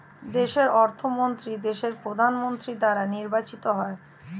দেশের অর্থমন্ত্রী দেশের প্রধানমন্ত্রী দ্বারা নির্বাচিত হয়